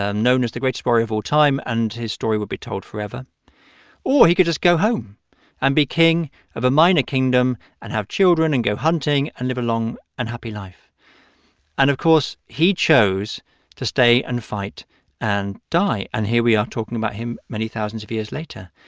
ah known as the greatest warrior of all time, and his story would be told forever or he could just go home and be king of a minor kingdom and have children and go hunting and live a long and happy life. and of course, he chose to stay and fight and die. and here we are talking about him many thousands of years later.